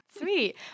Sweet